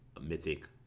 mythic